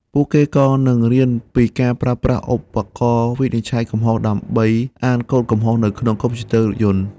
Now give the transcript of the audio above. ពួកគេក៏នឹងរៀនពីការប្រើប្រាស់ឧបករណ៍វិនិច្ឆ័យកំហុស ដើម្បីអានកូដកំហុសនៅក្នុងកុំព្យូទ័ររថយន្ត។